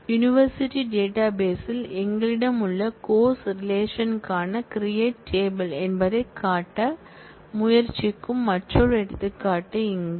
university database ல் எங்களிடம் உள்ள கோர்ஸ் ரிலேஷன்க்கான CREATE TABLE என்பதைக் காட்ட முயற்சிக்கும் மற்றொரு எடுத்துக்காட்டு இங்கே